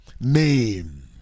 Name